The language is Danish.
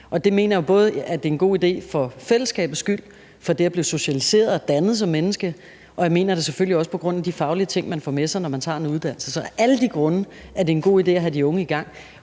Jeg mener, at det både er en god idé for fællesskabets skyld, for det at blive socialiseret og dannet som menneske, og jeg mener det selvfølgelig også på grund af de faglige ting, man får med sig, når man tager en uddannelse. Så af alle de grunde er det en god idé at have de unge i gang.